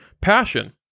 passion